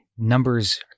Numbers